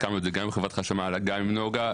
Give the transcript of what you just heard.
סיכמנו את זה גם עם חברת החשמל וגם עם נגה.